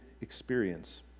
experience